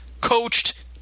coached